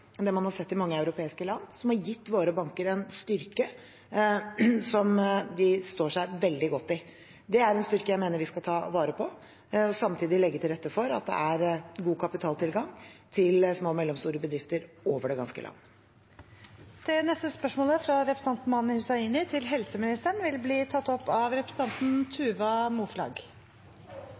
det man har sett i mange europeiske land, og som har gitt våre banker en styrke som de står seg veldig godt i. Det er en styrke jeg mener vi skal ta vare på, og samtidig legge til rette for at det er god kapitaltilgang til små og mellomstore bedrifter over det ganske land. Dette spørsmålet må utsettes til neste spørretime, da statsråden er bortreist. Dette spørsmålet, fra Mani Hussaini til helseministeren, vil bli tatt opp av representanten Tuva Moflag.